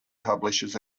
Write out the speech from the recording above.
publishes